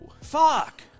Fuck